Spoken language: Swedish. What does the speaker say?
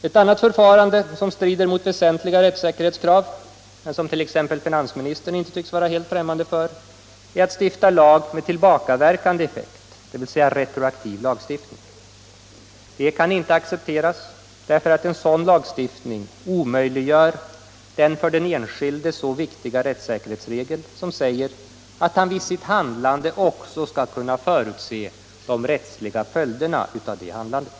Ett annat förfarande som strider mot väsentliga rättssäkerhetskrav — men som t.ex. finansministern inte tycks vara helt främmande för — är att stifta lag med tillbakaverkande effekt, dvs. retroaktiv lagstiftning. Det kan inte accepteras, därför att en sådan lagstiftning omöjliggör den för den enskilde så viktiga rättssäkerhetsregel som säger att han vid sitt handlande också skall kunna förutse de rättsliga följderna av detta handlande.